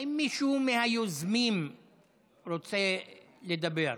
האם מישהו מהיוזמים רוצה לדבר?